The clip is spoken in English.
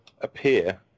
appear